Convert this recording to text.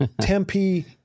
Tempe